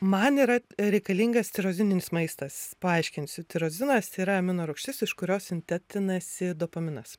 man yra reikalingas tirozininis maistas paaiškinsiu tirozinas yra amino rūgštis iš kurio sintetinasi dopaminas